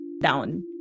down